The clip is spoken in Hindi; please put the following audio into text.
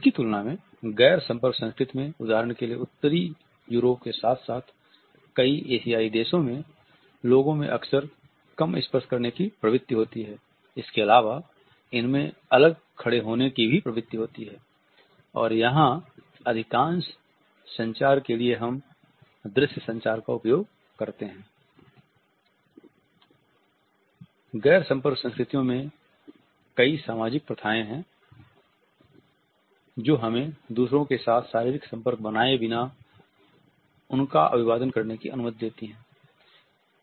इसकी तुलना में गैर संपर्क संस्कृति में उदाहरण के लिए उत्तरी यूरोप के साथ साथ कई एशियाई देशों में लोगों में अक्सर कम स्पर्श करने की प्रवृत्ति होती है इसके अलावा इनमें अलग खड़े होने की भी प्रवृत्ति होती है और यहाँ अधिकांश संचार के लिए हम दृश्य संचार का उपयोग करते गैर संपर्क संस्कृतियों में कई सामाजिक प्रथाएं हैं जो हमें दूसरों के साथ शारीरिक संपर्क बनाए बिना उनका अभिवादन करने की अनुमति देती हैं